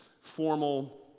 formal